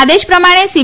આદેશ પ્રમાણે સી